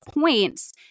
points